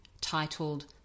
titled